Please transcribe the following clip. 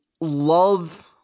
love